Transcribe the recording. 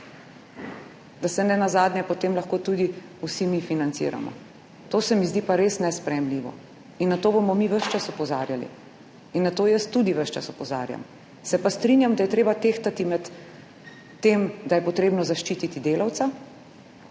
da se nenazadnje potem lahko tudi vsi mi financiramo. To se mi zdi pa res nesprejemljivo in na to bomo mi ves čas opozarjali in na to tudi jaz ves čas opozarjam. Se pa strinjam, da je treba tehtati med tem, da je treba zaščititi delavca